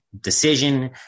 decision